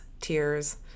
tears